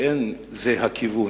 ואין זה הכיוון.